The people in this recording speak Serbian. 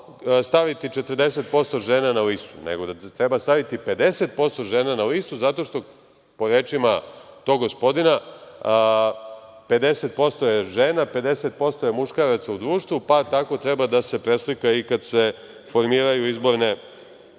staviti 40% žena na listu, nego da treba staviti 50% žena na listu, zato što, po rečima tog gospodina, 50% je žena, 50% je muškaraca u društvu, pa tako treba da se preslika i kad se formiraju izborne